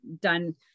done